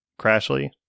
Crashly